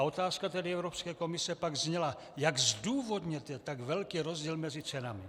Otázka Evropské komise pak zněla: Jak zdůvodníte tak velký rozdíl mezi cenami?